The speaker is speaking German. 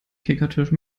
kickertisch